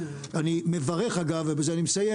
אני מברך, אגב ובזה אני מסיים